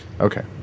Okay